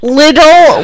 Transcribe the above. little